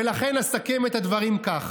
ולכן אסכם את הדברים כך: